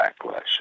backlash